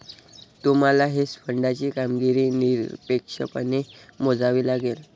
तुम्हाला हेज फंडाची कामगिरी निरपेक्षपणे मोजावी लागेल